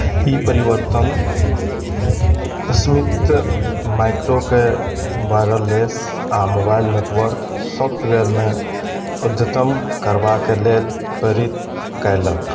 ई परिवर्तन स्मिथ माइक्रोकेँ वायरलेस आ मोबाइल नेटवर्क सॉफ्टवेयरमे उद्यतन करबाक लेल प्रेरित कयलक